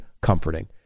comforting